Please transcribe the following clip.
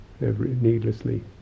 needlessly